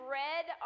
red